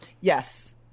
Yes